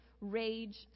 rage